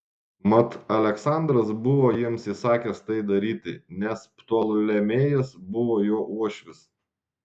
mat aleksandras buvo jiems įsakęs tai daryti nes ptolemėjas buvo jo uošvis